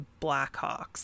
Blackhawks